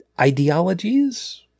ideologies